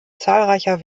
zahlreicher